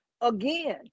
again